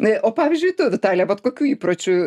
na o pavyzdžiui tu vaitalija vat kokių įpročių